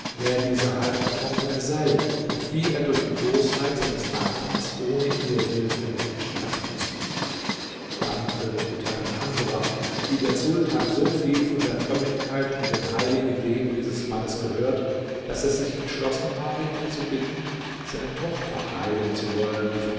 wer dieser halbertrunkene sei und wie er durch die bosheit seines nachbars ohne ihre hilfe hätte sterben müssen dann berichtete ein andrer wie der sultan so viel von der frömmigkeit und dem heiligen leben dieses mannes gehört daß er sich entschlossen habe ihn zu bitten seine tochter heilen zu wollen die von